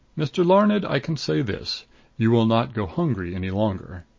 mr. larned, i can say this you will not go hungry any longer.